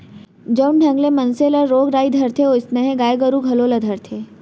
जउन ढंग ले मनसे मन ल रोग राई धरथे वोइसनहे गाय गरू घलौ ल धरथे